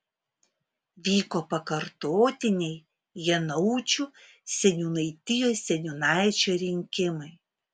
vyko pakartotiniai janaučių seniūnaitijos seniūnaičio rinkimai